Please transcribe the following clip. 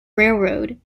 railroad